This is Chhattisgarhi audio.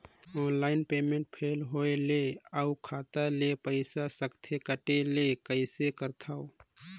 ऑनलाइन पेमेंट फेल होय ले अउ खाता ले पईसा सकथे कटे ले कइसे करथव?